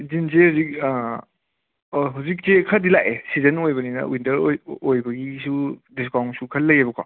ꯖꯤꯟꯁꯦ ꯍꯧꯖꯤꯛ ꯍꯧꯖꯤꯛꯁꯦ ꯈ꯭ꯔꯗꯤ ꯂꯥꯛꯑꯦ ꯁꯤꯖꯟ ꯑꯣꯏꯕꯅꯤꯅ ꯋꯤꯟꯇꯔ ꯑꯣꯏ ꯑꯣꯏꯕꯒꯤꯁꯨ ꯗꯤꯁꯀꯥꯎꯟꯠꯁꯨ ꯈꯔ ꯂꯩꯌꯦꯕꯀꯣ